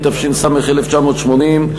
התש"ם 1980,